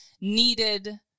needed